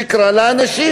שיקרה לאנשים.